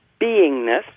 beingness